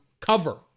Cover